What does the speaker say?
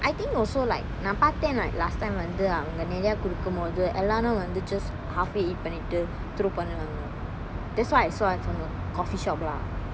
I think also like நா பாத்தன்:naa patthan like last time வந்து அவங்க நெறைய குடுக்கும் போது எல்லாரும் வந்து:vanthu avanga neraya kudukkum pothu ellarum vanthu just half eh eat பண்ணிட்டு:pannittu throw பண்ணுவாங்க:pannuvanga just I saw from a coffee shop lah